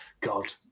God